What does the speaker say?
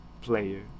player